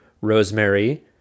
Rosemary